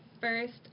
first